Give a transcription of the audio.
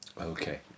Okay